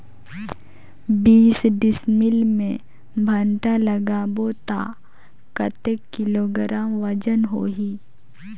बीस डिसमिल मे भांटा लगाबो ता कतेक किलोग्राम वजन होही?